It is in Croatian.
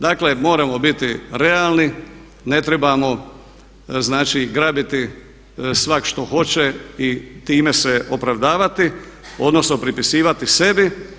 Dakle moramo biti realni, ne trebamo znači grabiti svako što hoće i time se opravdavati, odnosno pripisivati sebi.